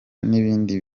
n’ibindi